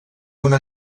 una